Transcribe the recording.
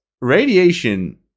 radiation